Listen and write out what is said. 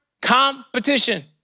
competition